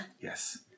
Yes